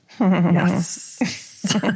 Yes